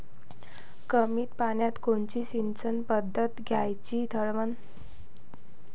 कमी पान्यात कोनची सिंचन पद्धत फायद्याची ठरन?